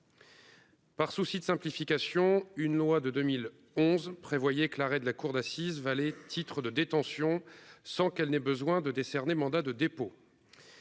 Par souci de simplification, une loi de 2011 prévoyaient que l'arrêt de la cour d'assises, titre de détention sans qu'elle n'ait besoin de décerner mandat de dépôt.